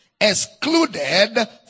excluded